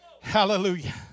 Hallelujah